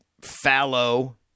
fallow